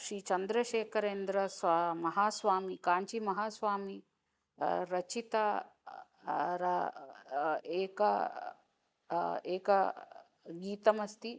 श्रीचन्द्रशेखरेन्द्रः स्वा महास्वामि काञ्चिमहास्वामि रचितं रा एकम् एकं गीतमस्ति